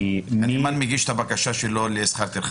הנאמן מגיש את הבקשה שלו לשכר טרחה.